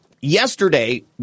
yesterday